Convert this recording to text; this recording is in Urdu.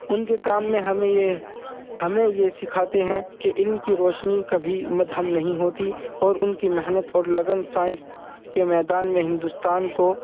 ان کے کام میں ہمیں یہ ہمیں یہ سکھاتے ہیں کہ علم کی روشنی کبھی مدھم نہیں ہوتی اور ان کی محنت اور لگن سائنس کے میدان میں ہندوستان کو